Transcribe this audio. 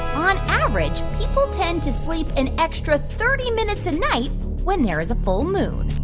on average, people tend to sleep an extra thirty minutes a night when there is a full moon?